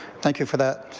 thank you for that,